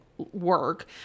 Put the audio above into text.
work